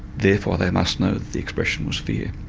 therefore they must know that the expression was fear,